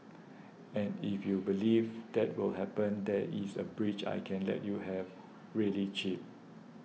and if you believe that will happen there is a bridge I can let you have really cheap